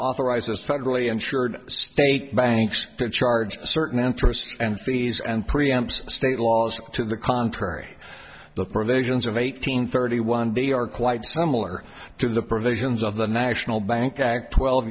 authorizes federally insured state banks to charge certain interest and fees and pre amps state laws to the contrary the provisions of eighteen thirty one day are quite similar to the provisions of the national bank act twelve